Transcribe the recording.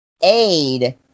aid